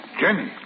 Jenny